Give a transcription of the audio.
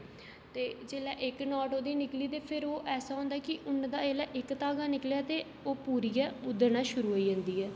ते जेल्लै इक नाड ओह्दी निकली ते फिर ओह् ऐसा होंदा कि ऊन दा जेल्लै इक धागा निकलेआ ते ओह् पूरी गै उद्धड़ना शुरू होई जंदी ऐ